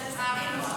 לצערנו הרב.